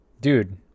dude